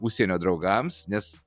užsienio draugams nes